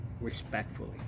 respectfully